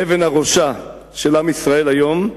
אבן הראשה של עם ישראל היום,